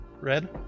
red